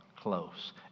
close